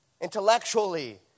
intellectually